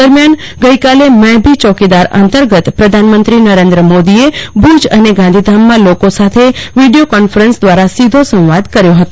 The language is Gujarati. દરમ્યાન ગઈકાલે મૈ ભી ચોકીદાર અંતર્ગત પ્રધાન મંત્રી નરેન્દ્ર મોદીએ ભુજ અને ગાંધીધામ માં લોકો સાથે વિડીયો કોન્ફરન્સ દ્વારા સીધો સંવાદ કર્યી ફતો